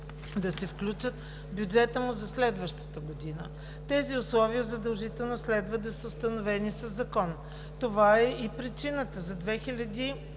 да се включва в бюджета му за следващата година. Тези условия задължително следва да са установени със закон. Това е и причината за 2020 г.